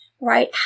right